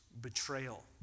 betrayal